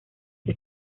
que